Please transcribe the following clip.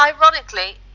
ironically